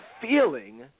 feeling